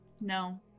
No